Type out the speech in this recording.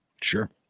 Sure